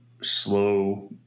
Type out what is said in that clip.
slow